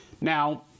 Now